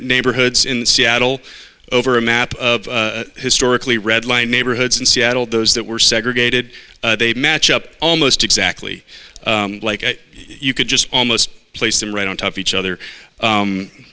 neighborhoods in seattle over a map of historically red line neighborhoods in seattle those that were segregated they match up almost exactly like you could just almost place them right on top of each other